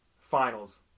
finals